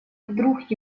вдруг